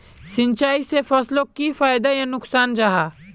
सिंचाई से फसलोक की फायदा या नुकसान जाहा?